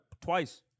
twice